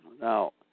now